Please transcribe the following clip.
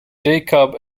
jacob